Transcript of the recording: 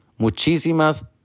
Muchísimas